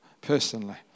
Personally